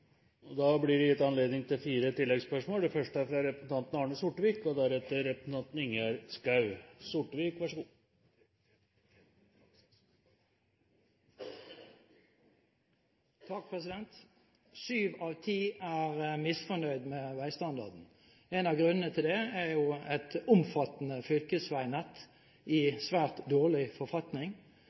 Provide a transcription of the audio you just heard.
Det blir gitt anledning til fire oppfølgingsspørsmål – først Arne Sortevik. Syv av ti er misfornøyd med veistandarden. En av grunnene til det er et omfattende fylkesveinett i svært dårlig forfatning.